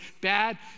bad